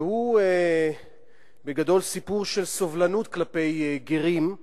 והוא בגדול סיפור של סובלנות כלפי גרים,